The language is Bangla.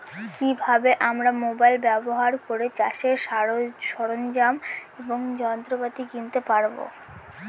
কি ভাবে আমরা মোবাইল ব্যাবহার করে চাষের সরঞ্জাম এবং যন্ত্রপাতি কিনতে পারবো?